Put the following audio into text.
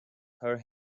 her